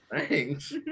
thanks